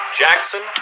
jackson